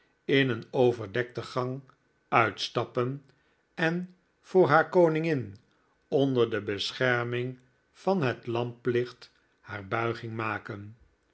in een overdekte gang uitstappen en voor haar koningin onder de bescherming van het lamplicht haar buiging maken